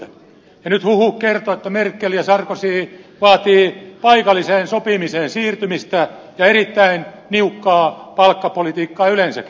nyt huhut kertovat että merkel ja sarkozy vaativat paikalliseen sopimiseen siirtymistä ja erittäin niukkaa palkkapolitiikkaa yleensäkin